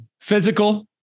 physical